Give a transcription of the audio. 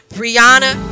Brianna